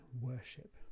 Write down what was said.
worship